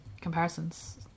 comparisons